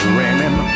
raining